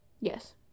Yes